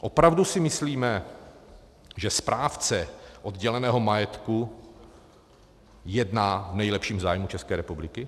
Opravdu si myslíme, že správce odděleného majetku jedná v nejlepším zájmu České republiky?